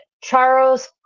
Charles